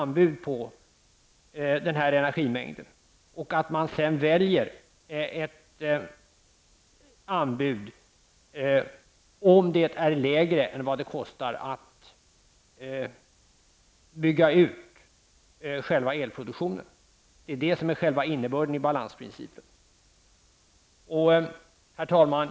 Sedan kan man välja ett anbud, om det är lägre än vad det kostar att bygga ut själva elproduktionen. Detta är innebörden i balansprincipen. Herr talman!